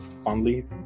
fondly